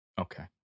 Okay